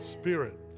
spirit